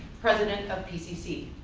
president of pcc.